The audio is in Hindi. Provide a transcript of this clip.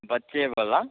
बच्चे वाला